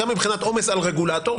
גם מבחינת עומס על רגולטור,